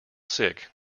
sick